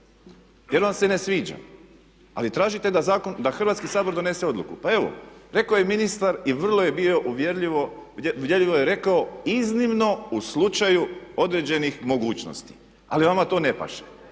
jer nam se ne sviđa. Ali tražite da Hrvatski sabor donese odluku. Pa evo, rekao je ministar i vrlo je bilo uvjerljivo, uvjerljivo je rekao iznimno u slučaju određenih mogućnosti. Ali vama to ne paše.